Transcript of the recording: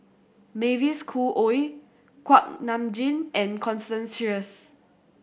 Mavis Khoo Oei Kuak Nam Jin and Constance Sheares